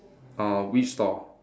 uh which door